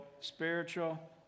spiritual